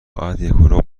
ربع